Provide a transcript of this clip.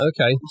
Okay